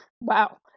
Wow